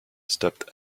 stopped